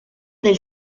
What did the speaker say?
del